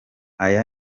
aya